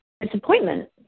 disappointment